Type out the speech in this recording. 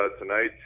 tonight